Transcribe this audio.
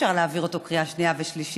אי-אפשר להעביר אותו בקריאה שנייה ושלישית.